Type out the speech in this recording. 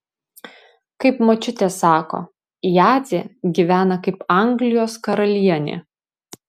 kaip močiutė sako jadzė gyvena kaip anglijos karalienė